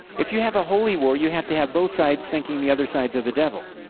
if you have a holy war, you have to have both sides thinking the other sides are the devil.